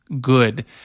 good